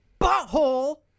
butthole